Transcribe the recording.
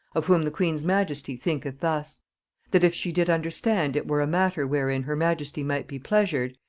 of whom the queen's majesty thinketh thus that if she did understand it were a matter wherein her majesty might be pleasured,